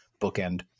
bookend